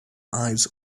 eyes